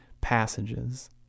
passages